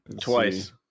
Twice